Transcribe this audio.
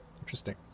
interesting